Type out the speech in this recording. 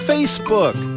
Facebook